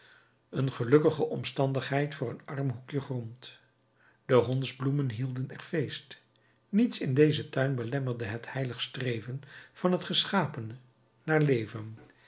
een gelukkige omstandigheid voor een arm hoekje grond de hondsbloemen hielden er feest niets in dezen tuin belemmerde het heilig streven van het geschapene naar leven